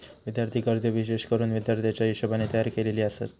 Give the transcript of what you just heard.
विद्यार्थी कर्जे विशेष करून विद्यार्थ्याच्या हिशोबाने तयार केलेली आसत